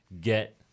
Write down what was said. get